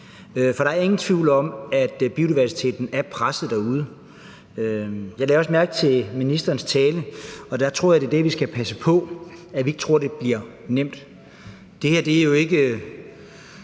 der er ingen tvivl om, at biodiversiteten er presset derude. Jeg lagde også mærke til ministerens tale, og jeg tror, vi skal passe på, at vi ikke tror, det bliver nemt. Det her er jo ikke